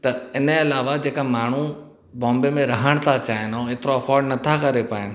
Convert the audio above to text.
त इन ए अलावा जेका माण्हू बॉम्बे में रहण था चाहिणु ऐं हेतिरो अफॉड नथा करे पाइनि